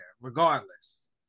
regardless